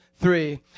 three